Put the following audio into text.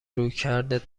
رویکردت